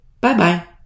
bye-bye